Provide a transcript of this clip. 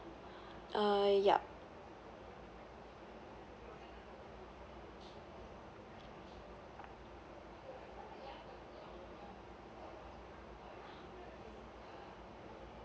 uh yup